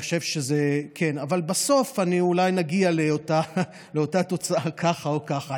אבל בסוף אולי נגיע לאותה תוצאה, ככה או ככה.